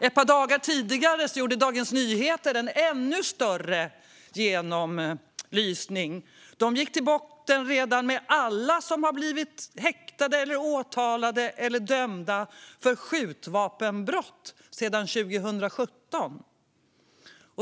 Ett par dagar tidigare gjorde Dagens Nyheter en ännu större genomlysning, där man gick till botten med alla som blivit häktade, åtalade eller dömda för skjutvapenbrott sedan 2017.